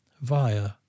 via